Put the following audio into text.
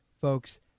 folks